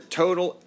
total